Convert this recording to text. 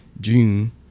June